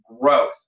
growth